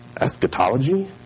Eschatology